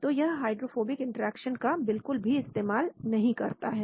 तो यह hydrophobic interaction का बिल्कुल भी इस्तेमाल नहीं करता है